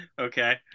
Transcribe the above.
Okay